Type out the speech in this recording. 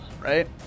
right